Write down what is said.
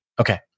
Okay